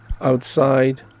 outside